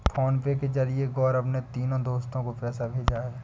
PhonePe के जरिए गौरव ने तीनों दोस्तो को पैसा भेजा है